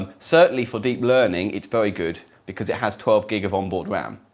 and certainly for deep learning it's very good because it has twelve gigs of onboard ram.